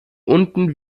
unten